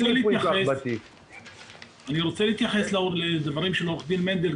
יש --- אני רוצה להתייחס לדבריו של עו"ד מנדל,